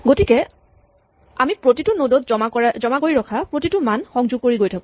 গতিকে আমি প্ৰতিটো নড ত জমা কৰি ৰখা প্ৰতিটো মান সংযোগ কৰি গৈ থাকো